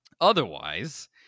Otherwise